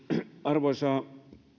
arvoisa